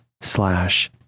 slash